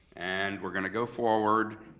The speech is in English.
and we're gonna go forward,